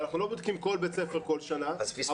אנחנו לא בודקים כל בית ספר כל שנה אבל